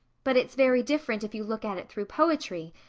but it's very different if you look at it through poetry.